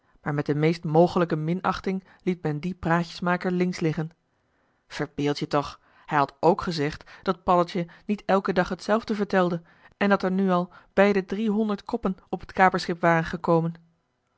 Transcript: maar met de meest mogelijke minachting liet men dien praatjesmaker links liggen verbeeld je toch hij had k gezegd dat paddeltje niet elken dag hetzelfde vertelde en dat er nu al bij de driehonderd koppen op het kaperschip waren gekomen